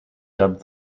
dubbed